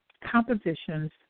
compositions